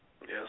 Yes